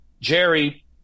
Jerry